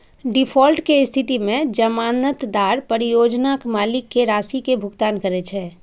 default के स्थिति मे जमानतदार परियोजना मालिक कें राशि के भुगतान करै छै